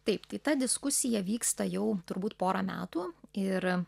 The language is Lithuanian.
taip tai ta diskusija vyksta jau turbūt porą metų ir